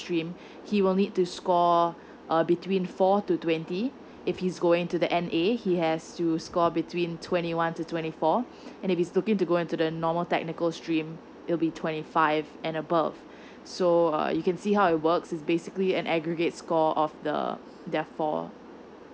stream he will need to score a between four to twenty if he's going to the N_A he has to score between twenty one to twenty four and if he's looking to go into the normal technical stream it will be twenty five and above so uh you can see how it works is basically an aggregate score of the therefore